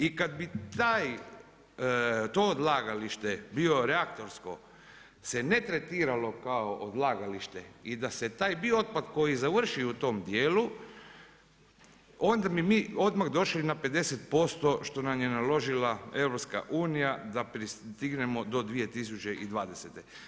I kad bi taj, to odlagalište bilo reaktorsko, se ne tretiralo kao odlagalište i da se taj bio otpad koji završi u tom dijelu, onda bi mi odmah došli na 50% to nam je naložila EU da pristignemo do 2020.